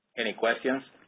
any questions?